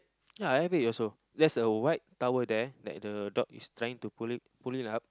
ya I have it also there's a white towel there that the dog is trying to pull it pull it up